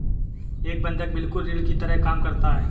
एक बंधक बिल्कुल ऋण की तरह काम करता है